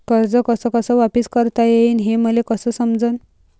कर्ज कस कस वापिस करता येईन, हे मले कस समजनं?